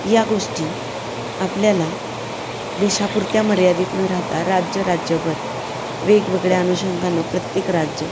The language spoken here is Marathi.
या गोष्टी आपल्याला देशापुरत्या मर्यादित न राहता राज्य राज्यभर वेगवेगळ्या अनुषंगानं प्रत्येक राज्य